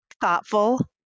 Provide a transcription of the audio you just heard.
Thoughtful